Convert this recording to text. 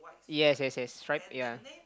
yes yes yes stripe ya